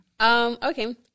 Okay